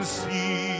see